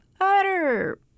utter